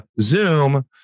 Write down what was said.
Zoom